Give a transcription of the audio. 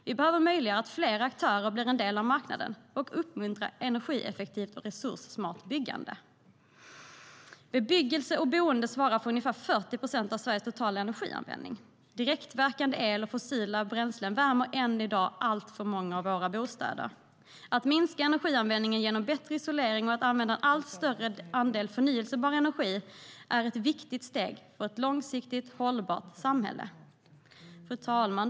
Vi behöver möjliggöra att fler aktörer blir en del av marknaden och uppmuntra energieffektivt och resurssmart byggande. STYLEREF Kantrubrik \* MERGEFORMAT BostadspolitikFru talman!